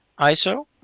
ISO